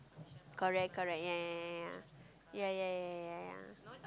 correct correct ya ya ya ya ya ya ya ya ya ya